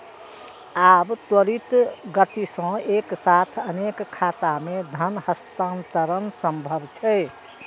आब त्वरित गति सं एक साथ अनेक खाता मे धन हस्तांतरण संभव छै